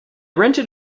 rented